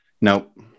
Nope